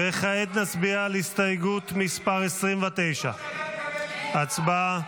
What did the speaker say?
וכעת נצביע על הסתייגות מס' 29. הצבעה.